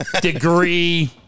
Degree